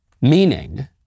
Meaning